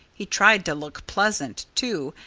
he tried to look pleasant, too,